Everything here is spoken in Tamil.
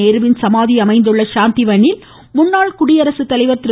நேருவின் சமாதி அமைந்துள்ள சாந்திவன்னில் முன்னாள் குடியரசுத்தலைவா திரு